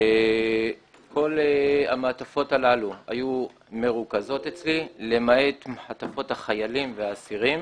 כל המעטפות הללו היו מרוכזות אצלי למעט מעטפות החיילים והאסירים